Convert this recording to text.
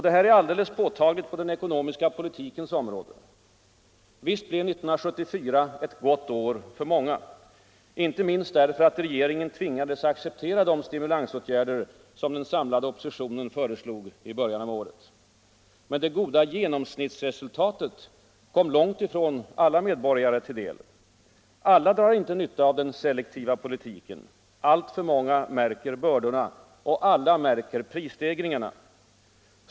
Detta är alldeles påtagligt på den ekonomiska politikens område. Visst blev 1974 ett gott år för många, inte minst därför att regeringen tvingades acceptera de stimulansåtgärder som den samlade oppositionen föreslog i början av året. Men det goda genomsnittsresultatet kom långtifrån alla medborgare till del. Alla drar inte nytta av den selektiva politiken. Alltför många märker bördorna. Och alla märker prisstegringarna.